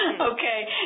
Okay